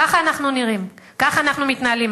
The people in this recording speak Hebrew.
ככה אנחנו נראים, ככה אנחנו מתנהלים.